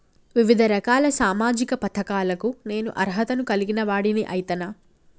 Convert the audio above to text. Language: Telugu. వివిధ రకాల సామాజిక పథకాలకు నేను అర్హత ను కలిగిన వాడిని అయితనా?